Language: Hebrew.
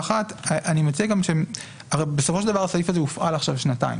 הרי בסופו של דבר הסעיף הזה הופעל עכשיו שנתיים,